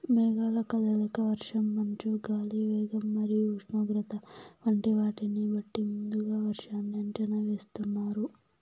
మేఘాల కదలిక, వర్షం, మంచు, గాలి వేగం మరియు ఉష్ణోగ్రత వంటి వాటిని బట్టి ముందుగా వర్షాన్ని అంచనా వేస్తున్నారు